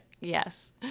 yes